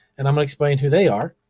and i'm gonna explain who they are.